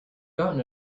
gotten